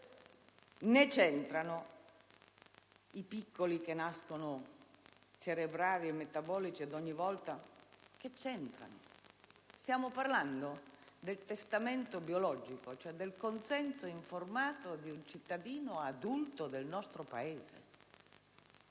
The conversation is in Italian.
né c'entrano i piccoli nati con deficit cerebrali e metabolici. Cosa c'entrano? Stiamo parlando del testamento biologico, cioè del consenso informato di un cittadino adulto del nostro Paese.